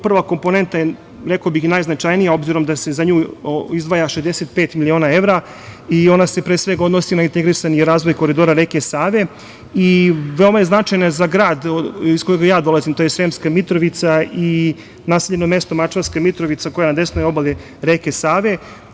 Prva komponenta je, rekao bih, najznačajnija, obzirom da se za nju izdvaja 65 miliona evra i ona se pre svega odnosi na integrisani razvoj koridora reke Save i veoma je značajna za grad iz kojeg ja dolazim, a to je Sremska Mitrovica i naseljeno mesto Mačvanska Mitrovica, koja je na desnoj obali reke Save.